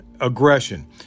aggression